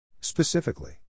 Specifically